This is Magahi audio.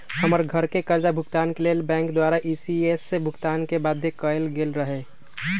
हमर घरके करजा भूगतान के लेल बैंक द्वारा इ.सी.एस भुगतान के बाध्य कएल गेल रहै